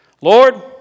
Lord